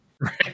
Right